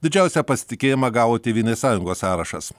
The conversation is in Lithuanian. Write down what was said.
didžiausią pasitikėjimą gavo tėvynės sąjungos sąrašas